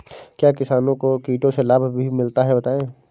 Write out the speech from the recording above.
क्या किसानों को कीटों से लाभ भी मिलता है बताएँ?